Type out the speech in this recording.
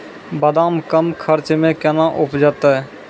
बादाम कम खर्च मे कैना उपजते?